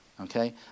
Okay